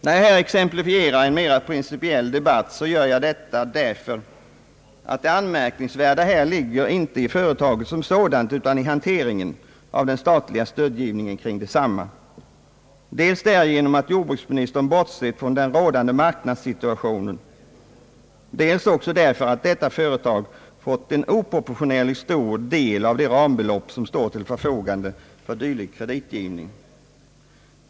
När jag här exemplifierar i en mera principiell debatt gör jag detta därför att det anmärkningsvärda här inte ligger i företaget som sådant utan i handläggningen av den statliga stödgivningen kring detsamma, dels därigenom att jordbruksministern bortser från den rådande marknadssituationen, dels också för att detta företag fått en oproportionerligt stor del av det rambelopp som står till förfogande för dylik kreditgivning.